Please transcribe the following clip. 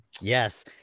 Yes